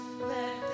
Let